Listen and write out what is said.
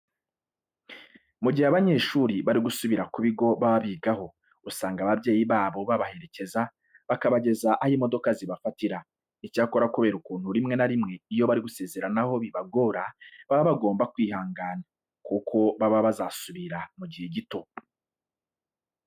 Mu gihe abanyeshuri bari gusubira ku bigo baba bigaho, usanga ababyeyi babo babaherekeza bakabageza aho imodoka zibafatira. Icyakora kubera ukuntu rimwe na rimwe iyo bari gusezeranaho bibagora, baba bagomba kwihangana kuko baba bazasubira mu gihe gito.